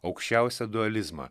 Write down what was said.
aukščiausią dualizmą